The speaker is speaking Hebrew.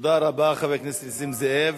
תודה רבה, חבר הכנסת נסים זאב.